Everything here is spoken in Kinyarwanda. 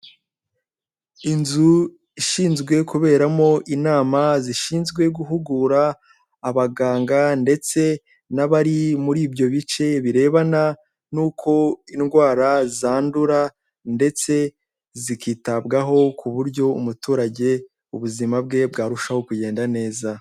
Inzu ishinzwe kuberamo inama zishinzwe guhugura abaganga ndetse n'abari muri ibyo bice birebana n'uko indwara zandura, ndetse zikitabwaho ku buryo umuturage ubuzima bwe bwarushaho kugenda neza.